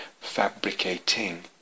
fabricating